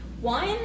One